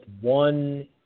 one